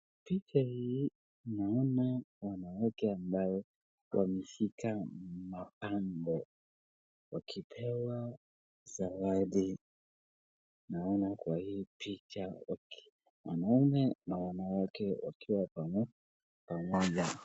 Picha hii naona wanawake ambayo wameshika mapambo wakipewa zawadi. Naona kwa hii picha waki wanaume na wanawake wakiwa pamoja.